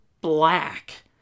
black